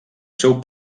seu